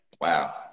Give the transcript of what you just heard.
Wow